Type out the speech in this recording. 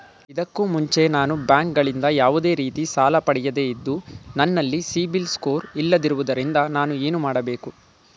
ಇದಕ್ಕೂ ಮುಂಚೆ ನಾನು ಬ್ಯಾಂಕ್ ಗಳಿಂದ ಯಾವುದೇ ರೀತಿ ಸಾಲ ಪಡೆಯದೇ ಇದ್ದು, ನನಲ್ಲಿ ಸಿಬಿಲ್ ಸ್ಕೋರ್ ಇಲ್ಲದಿರುವುದರಿಂದ ನಾನು ಏನು ಮಾಡಬೇಕು?